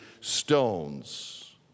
stones